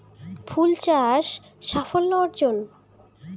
ফুল চাষ সাফল্য অর্জন?